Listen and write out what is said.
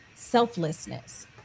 Selflessness